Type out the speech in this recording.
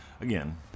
again